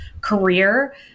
career